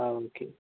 ആ ഓക്കെ